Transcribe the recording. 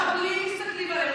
מחבלים מסתכלים עלינו,